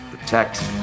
protect